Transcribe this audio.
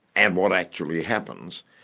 and what actually happens,